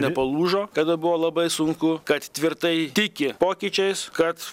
nepalūžo kada buvo labai sunku kad tvirtai tiki pokyčiais kad